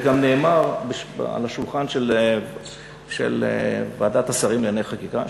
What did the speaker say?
וגם נאמר ליד שולחן ועדת השרים לענייני חקיקה,